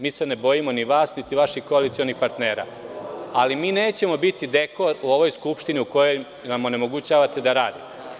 Mi se ne bojimo ni vas, niti vaših koalicionih partnera, ali mi nećemo biti dekor u ovoj Skupštini u kojoj nam onemogućavate da radimo.